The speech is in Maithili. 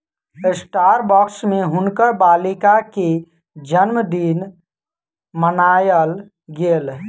स्टारबक्स में हुनकर बालिका के जनमदिन मनायल गेल